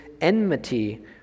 enmity